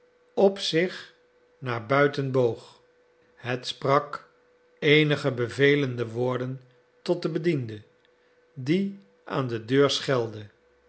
op zich naar buiten boog het sprak eenige bevelende woorden tot den bediende die aan de deur schelde